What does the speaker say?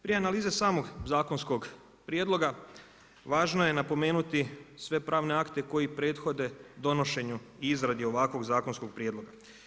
Prije analize samog zakonskog prijedloga, važno je napomenuti sve pravne akte koji prethode donošenju i izradi ovakvog zakonskog prijedloga.